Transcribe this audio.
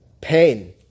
pain